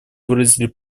выразили